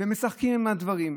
ומשחקים עם הדברים,